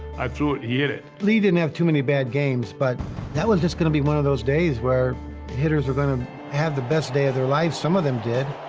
i threw it, he hit it. lee didn't have too many bad games, but that was just going to be one of those days where hitters were going to have the best day of their life. some of them did.